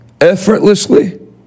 effortlessly